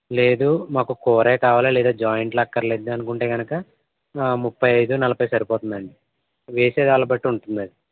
లేదు మాకు కూరే కావాలి లేదా జాయింట్లు అక్కర్లేదు అనుకుంటే గనక ముప్పై ఐదు నలభై సరిపోతుందండి వేసే వాళ్ళని బట్టి ఉంటుంది అది